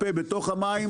הפה בתוך המים,